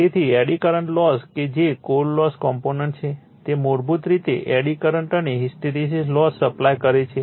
તેથી eddy current loss કે જે કોર લોસ કોમ્પોનન્ટ છે તે મૂળભૂત રીતે એડી કરંટ અને હિસ્ટેરેસીસ લોસ સપ્લાય કરે છે